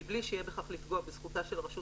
מבלי שיהיה בכך לפגוע בזכותה של הרשות